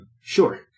Sure